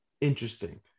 interesting